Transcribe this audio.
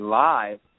live